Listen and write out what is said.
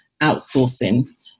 outsourcing